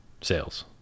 Sales